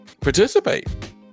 participate